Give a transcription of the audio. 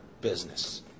business